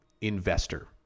Investor